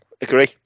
agree